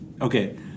okay